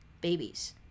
babies